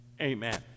amen